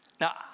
Now